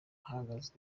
ahagaze